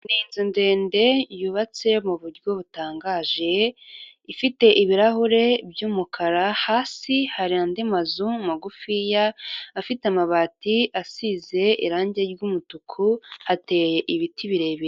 Ni inzu ndende yubatse mu buryo butangaje, ifite ibirahure by'umukara, hasi hari andi mazu magufiya, afite amabati asize irangi ry'umutuku, hateye ibiti birebire.